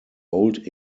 old